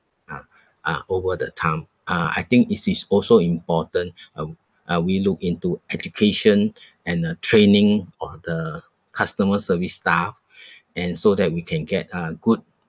ah ah over the time uh I think it is also important uh uh we look into education and uh training of the customer service staff and so that we can get uh good